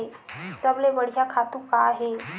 सबले बढ़िया खातु का हे?